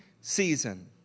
season